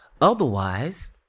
Otherwise